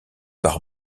par